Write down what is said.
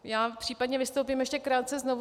Já případně vystoupím ještě krátce znovu.